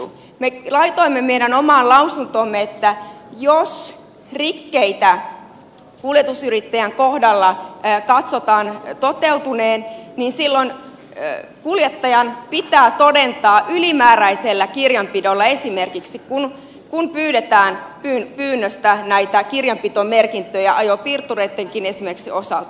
me laitoimme meidän omaan lausuntoomme että jos rikkeitä kuljetusyrittäjän kohdalla katsotaan toteutuneen niin silloin kuljettajan pitää todentaa ylimääräisellä kirjanpidolla esimerkiksi kun pyydetään näitä kirjanpitomerkintöjä ajopiirtureittenkin osalta